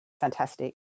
fantastic